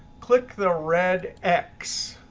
click the red x.